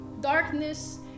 Darkness